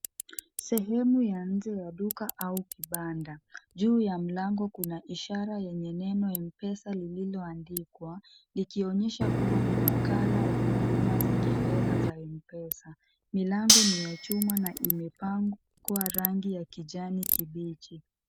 Sehemu ya nje ya mti au kibanda ,juu ya mlango kuna ishara yenye neno MPESA lililo andikwa ikionyesha kuwa ni wakala wa huduma za kifedha za MPESA . Milango ninya chuma na imepakwa rangi ya kijani kibichi.